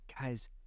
Guys